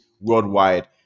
worldwide